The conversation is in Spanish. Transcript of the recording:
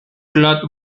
claude